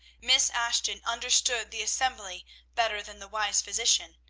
miss ashton understood the assembly better than the wise physician,